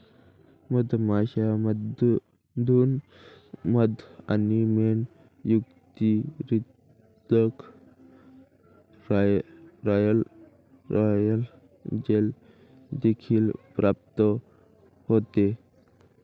मधमाश्यांमधून मध आणि मेण व्यतिरिक्त, रॉयल जेली देखील प्राप्त होते